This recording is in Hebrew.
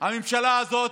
הממשלה הזאת,